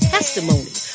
Testimony